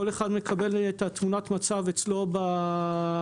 כל אחד מקבל את תמונת המצב אצלו בגזרה,